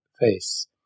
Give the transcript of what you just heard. face